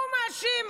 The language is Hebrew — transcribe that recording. הוא מאשים.